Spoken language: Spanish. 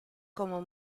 como